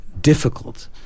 difficult